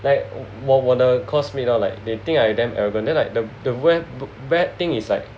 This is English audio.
like 我我的 course mate like they think I like damn arrogant then like the the ba~ bad thing is like